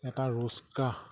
এটা ৰোজগাৰ